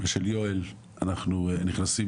ושל יואל אנחנו נכנסים,